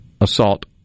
assault